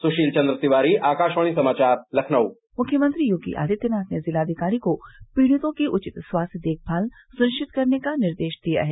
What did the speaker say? सुशील चंद तिवारी आकाशवाणी समाचार लखनऊ मुख्यमंत्री योगी आदित्यनाथ ने जिलाअधिकारी को पीड़ितों की उचित स्वास्थ्य देखभाल सुनिश्चित करने का निर्देश दिया है